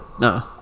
No